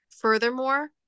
Furthermore